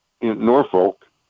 Norfolk